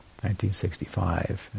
1965